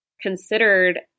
considered